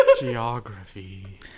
Geography